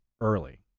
early